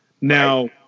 Now